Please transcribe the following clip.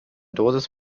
dosis